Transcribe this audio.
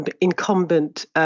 incumbent